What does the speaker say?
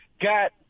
got